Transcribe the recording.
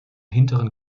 hinteren